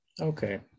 Okay